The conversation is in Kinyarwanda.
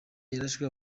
yarashwe